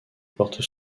porte